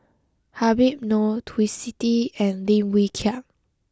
Habib Noh Twisstii and Lim Wee Kiak